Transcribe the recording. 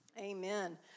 Amen